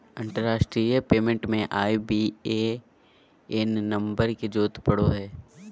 अंतरराष्ट्रीय पेमेंट ले IBAN number के जरूरत पड़ो हय